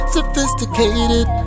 Sophisticated